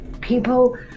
people